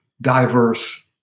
diverse